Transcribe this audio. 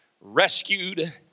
rescued